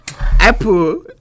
Apple